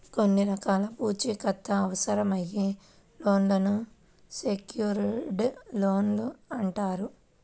కొన్ని రకాల పూచీకత్తు అవసరమయ్యే లోన్లను సెక్యూర్డ్ లోన్లు అంటారు